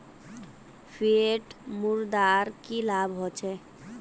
Fiat मुद्रार की लाभ होचे?